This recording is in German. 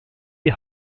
die